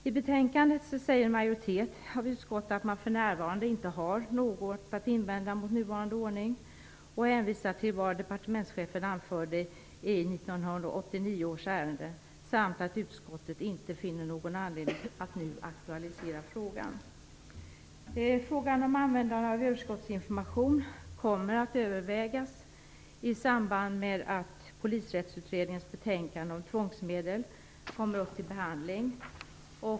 I betänkandet säger en majoritet av utskottet att man för närvarande inte har något att invända mot nuvarande ordning och hänvisar till vad departementschefen anförde i 1989 års ärende samt att utskottet inte finner någon anledning att nu aktualisera frågan. Frågan om användande av överskottsinformation kommer att övervägas i samband med att Polisrättsutredningens betänkande om tvångsmedel kommer upp till behandling.